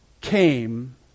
came